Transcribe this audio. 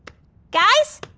guys,